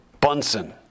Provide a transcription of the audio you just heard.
Bunsen